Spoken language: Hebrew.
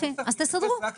יופי, אז תסדרו.